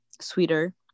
sweeter